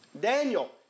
Daniel